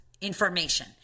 information